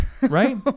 Right